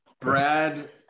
Brad